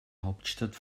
hauptstadt